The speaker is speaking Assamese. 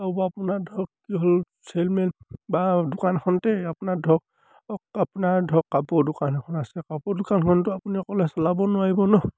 আৰু বাৰু আপোনাৰ ধৰক কি হ'ল চেল্চমেন বা দোকানখনতেই আপোনাৰ ধৰক আপোনাৰ ধৰক কাপোৰ দোকান এখন আছে কাপোৰ দোকানখনটো আপুনি অকলে চলাব নোৱাৰিব ন